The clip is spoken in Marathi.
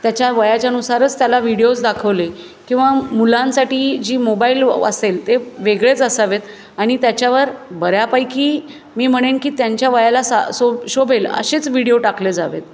त्याच्या वयाच्या नुसारच त्याला व्हिडिओज दाखवले किवा मुलांसाठी जी मोबाईल असेल ते वेगळेच असावेत आणि त्याच्यावर बऱ्यापैकी मी म्हणेन की त्यांच्या वयाला सा सो शोभेल असेच व्हिडिओ टाकले जावेत